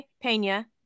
Pena